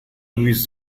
luis